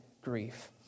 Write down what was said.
grief